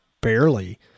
barely